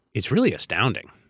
it's really astounding.